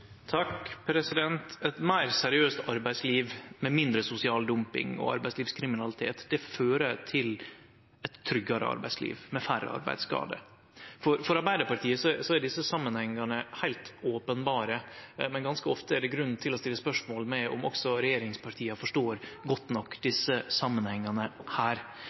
Eit meir seriøst arbeidsliv med mindre sosial dumping og arbeidslivskriminalitet fører til eit tryggare arbeidsliv med færre arbeidsskadar. For Arbeidarpartiet er desse samanhengane heilt openberre, men ganske ofte er det grunn til å stille spørsmål ved om også regjeringspartia forstår godt nok desse samanhengane.